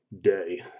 day